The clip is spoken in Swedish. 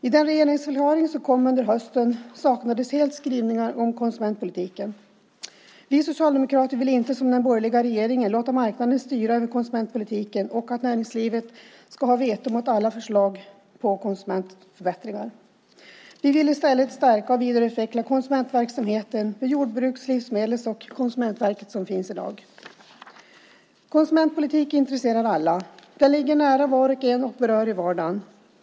I den regeringsförklaring som kom i höstas saknas helt skrivningar om konsumentpolitiken. Vi socialdemokrater vill inte, som den borgerliga regeringen, låta marknaden styra över konsumentpolitiken. Näringslivet ska inte ha veto mot alla förslag på förbättringar för konsumenterna. Vi vill i stället stärka och vidareutveckla den konsumentverksamhet som finns vid Jordbruksverket, Livsmedelsverket och Konsumentverket i dag. Konsumentpolitiken intresserar alla, ligger nära var och en och berör i vardagen.